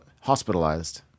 hospitalized